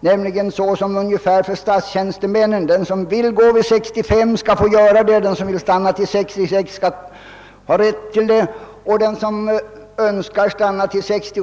menar med att hänvisa till den ordning som gäller för statstjänstemännen. Den som vill gå i pension vid 65 års ålder skall kunna göra det, och den som vill stanna till 66 eller 67 års ålder skall få göra det.